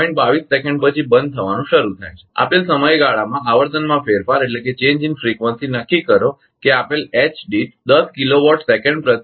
22 second પછી બંધ થવાનું શરૂ થાય છે આપેલ સમયગાળામાં આવર્તનમાં ફેરફાર નક્કી કરો કે આપેલ એચ દીઠ 10 કિલોવોટ સેકન્ડ પ્રતિ કે